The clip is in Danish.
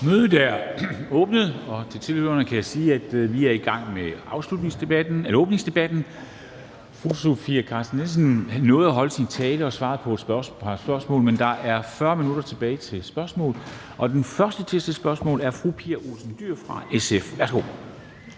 Mødet er genoptaget. Til tilhørerne kan jeg sige, at vi er i gang med åbningsdebatten. Fru Sofie Carsten Nielsen nåede at holde sin tale og svare på et par spørgsmål, men der er 40 minutter tilbage til spørgsmål, og den første til at stille spørgsmål er fru Pia Olsen Dyhr, SF. Værsgo.